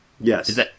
Yes